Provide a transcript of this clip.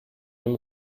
dem